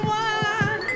one